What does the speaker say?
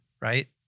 right